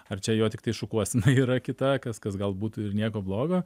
ar čia jo tiktai šukuosena yra kita kas kas gal būtų ir nieko blogo